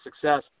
success